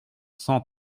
cent